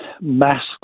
masks